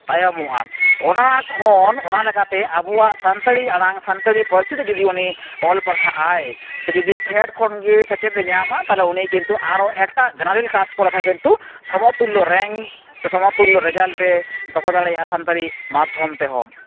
ᱛᱟᱭᱚᱢᱚᱜᱼᱟ ᱚᱱᱟ ᱠᱷᱚᱱ ᱚᱱᱟ ᱞᱮᱠᱟᱛᱮ ᱟᱵᱚᱣᱟᱜ ᱥᱟᱱᱛᱟᱲᱤ ᱟᱲᱟᱝ ᱥᱟᱱᱛᱟᱲᱤ ᱯᱟᱹᱨᱥᱤ ᱛᱮ ᱡᱩᱫᱤ ᱩᱱᱤ ᱚᱞ ᱯᱟᱲᱦᱟᱜ ᱟᱭ ᱥᱮ ᱡᱩᱫᱤ ᱯᱷᱮᱰ ᱠᱷᱚᱱᱜᱮ ᱥᱮᱪᱮᱫᱮ ᱧᱟᱢᱟ ᱛᱟᱦᱚᱞᱮ ᱩᱱᱤ ᱠᱤᱱᱛᱩ ᱟᱨᱚ ᱮᱴᱟᱜ ᱡᱮᱱᱟᱨᱮᱞ ᱠᱟᱥᱴ ᱠᱚ ᱞᱮᱠᱟ ᱠᱤᱱᱛᱩ ᱥᱚᱢᱚᱛᱩᱞᱞᱚ ᱨᱮᱝᱠ ᱥᱮ ᱥᱚᱢᱚᱛᱩᱞᱞᱚ ᱨᱮᱡᱟᱞᱴ ᱮ ᱫᱚᱦᱚ ᱫᱟᱲᱮᱭᱟᱜᱼᱟ ᱥᱟᱱᱛᱟᱲᱤ ᱢᱟᱫᱽᱫᱷᱚᱢ ᱛᱮᱦᱚᱸ